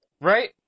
right